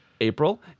April